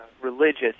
Religious